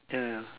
yeah yeah yeah